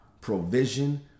provision